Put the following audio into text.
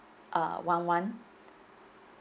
uh one one